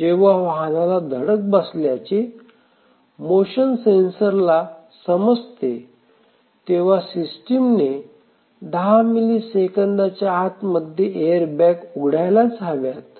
जेव्हा वाहनाला धडक बसल्याचे मोशन सेन्सर ला समजते तेव्हा सिस्टीमने दहा मीली सेकंदाच्या आत मध्ये एअर बॅग उघडायलाच हव्यात